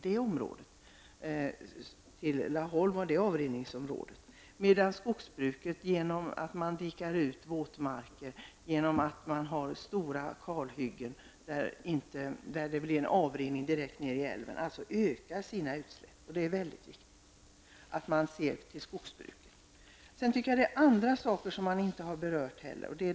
Utsläppen från skogsbruket har ökat på grund av att man dikar ut våtmarker och har stora kalhyggen som medför en avrinning direkt till älven. Det är mycket viktigt att man ser på skogsbruket. Det finns även andra områden som inte har berörts.